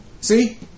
See